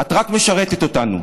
את רק משרתת אותנו.